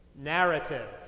narrative